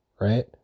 right